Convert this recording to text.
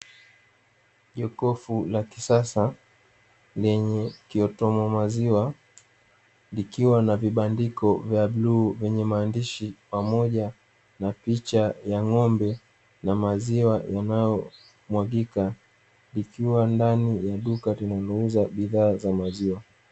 Jokofu la kisasa lenye kiautomo maziwa, likiwa na vibandiko vya bluu vyenye maandishi pamoja na picha ya ng'ombe na maziwa yanayomwagika, likiwa ndani ya duka linalouza bidhaa za maziwa.